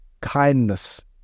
kindness